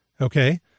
Okay